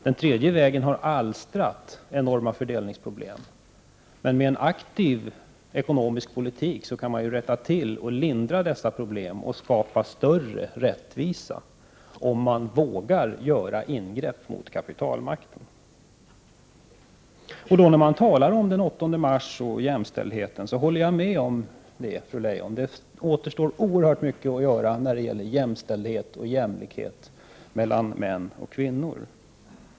Den tredje vägens politik har alstrat enorma fördelningsproblem, men med en aktiv ekonomisk politik kan man ju rätta till förhållandena, lindra dessa problem och skapa större rättvisa, om man vågar göra ingrepp mot kapitalmakten. Fru Leijon, jag håller med om att när det gäller den 8 mars och jämställdheten återstår det oerhört mycket att göra för att åstadkomma jämlikhet och jämställdhet mellan män och kvinnor.